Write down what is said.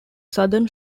southern